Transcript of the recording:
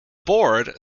board